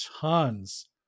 tons